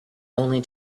only